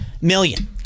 million